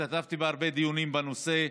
השתתפתי בהרבה דיונים בנושא.